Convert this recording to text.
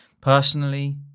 personally